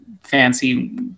fancy